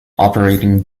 operating